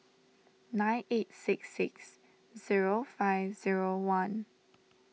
nine eight six six zero five zero one